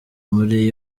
muri